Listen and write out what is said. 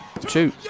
two